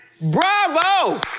Bravo